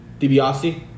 DiBiase